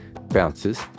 bounces